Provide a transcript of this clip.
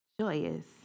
joyous